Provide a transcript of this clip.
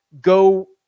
Go